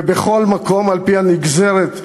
ובכל מקום על-פי הנגזרת,